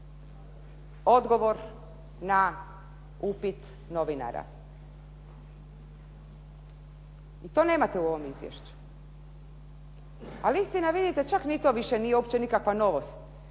odgovor na upit novinara. I to nemate u ovom izvješću. Ali istina vidite, čak ni to više nije uopće nikakva novost